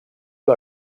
you